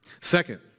Second